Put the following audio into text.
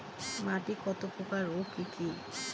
মাটি কত প্রকার ও কি কি?